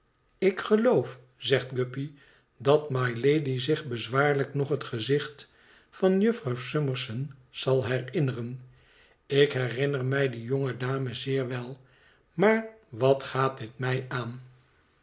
ik geloof zegt guppy dat mylady zich bezwaarlijk nog het gezicht van jufvrouw summerson zal herinneren ik herinner mij die jonge dame zeer wel maar wat gaat dit mij aan